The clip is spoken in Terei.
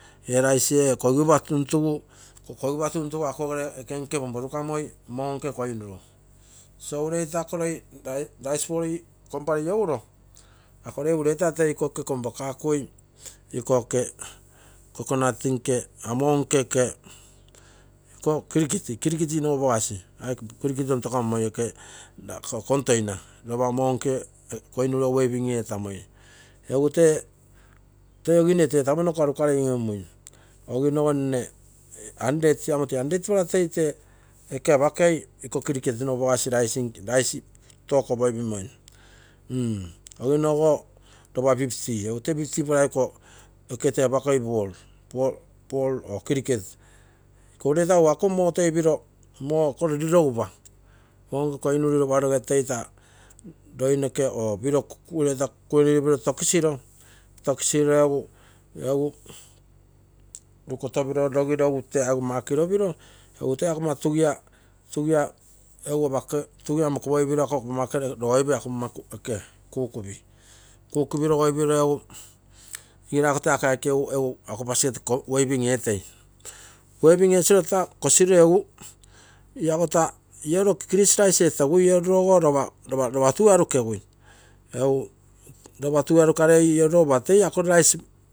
Ee rice ee kogigu pa tuntugu, kogigupa tuntugu ako gere oke nke pomporukamoi moo nke koinuru so ureita ako loi rice poll komparei ouro ako loi ureita toi iko oke kompakakui, iko oke coconut nke muo nke oke kigite, iko kigite, kigite nogu apagasi aike kigite tontokamoi oke container lopa monke koi nuru wearing eetamoi egu tee toi agii mne tee tapino ko aru karei ioiomui. Oginogo mne hundred, amo tee hundredpla toi tee oke apakei iko kigite nogu apagasi rice, rice took poipimoi mm, oginogo lopa fifty, egu tee fiftypla oke toi apakei poll, poll or kigik, iko ureita egu ako moo toi piro, moo ako lirogupa monke koinuru lilogupa ligiro toi taa loi noke or tee ureita piro kuenino tokisiro, tokisiro egu, egu rukoto piro logiro egu tee aigou makiro piro egu ako pogomma tugia, tugia egu apaloi tugia moko poipiro egu. Ako pogomma oke logoipei ako pogomma kukupi, kukupi rogoipiro egu igiraiko toi egu akoaike egu, egu basket wearing etei, wearing esiro taa kosiro egu ia so taa ioruro chrise rice etegui, iorurogo lopa tuu ee arukegui egu lopa tuu ee arukare ioruro lopa toi ako rice.